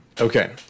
Okay